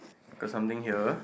got something here